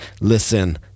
listen